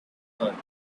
thought